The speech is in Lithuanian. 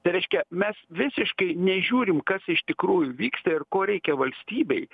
tai reiškia mes visiškai nežiūrim kas iš tikrųjų vyksta ir ko reikia valstybei